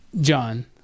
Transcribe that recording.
John